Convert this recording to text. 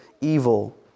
evil